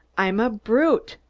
i'm a brute!